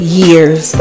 years